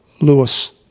lewis